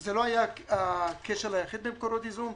זה לא היה הכשל היחיד במקורות ייזום.